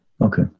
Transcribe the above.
Okay